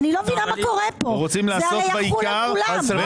אני לא מבינה מה קורה פה, זה הרי יחול על כולם.